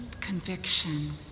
conviction